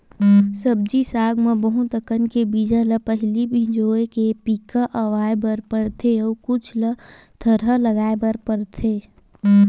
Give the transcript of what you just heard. सब्जी साग म बहुत अकन के बीजा ल पहिली भिंजोय के पिका अवा बर परथे अउ कुछ ल थरहा लगाए बर परथेये